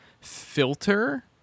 filter